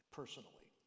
personally